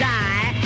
die